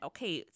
Okay